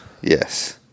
Yes